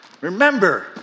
remember